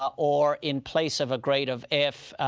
ah or in place of a grade of f,